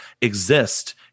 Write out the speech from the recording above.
exist